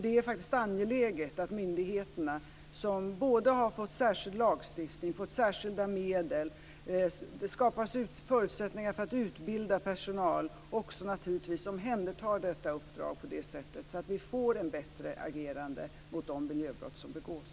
Det är naturligtvis angeläget att myndigheterna, som har fått en särskild lagstiftning och särskilda medel - det skapas också förutsättningar för att utbilda personal - också omhändertar detta uppdrag på ett sådant sätt att vi får ett bättre agerande mot de miljöbrott som begås.